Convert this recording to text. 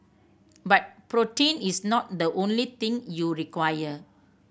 but protein is not the only thing you require